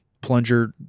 plunger